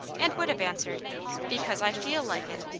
and would have answered because i feel like it!